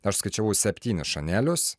aš suskaičiavau septynis šanelius